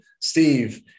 steve